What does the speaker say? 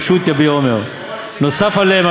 בשו"ת "יביע אומר" נוסף עליהם,